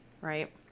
right